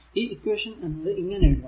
ഈ ഇക്വേഷൻ എന്നത് ഇങ്ങനെ എഴുതാം